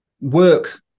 work